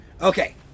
Okay